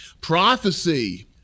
prophecy